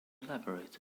elaborate